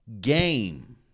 game